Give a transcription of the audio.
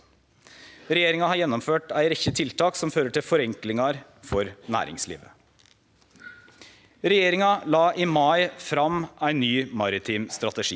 Regjeringa har gjennomført ei rekkje tiltak som fører til forenklingar for næringslivet. Regjeringa la i mai fram ein ny maritim strategi.